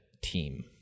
team